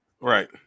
Right